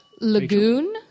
Lagoon